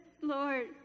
Lord